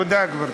תודה, גברתי.